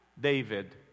David